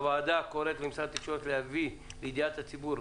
הוועדה קוראת למשרד התקשורת להביא לידיעת הציבור,